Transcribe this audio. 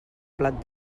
plat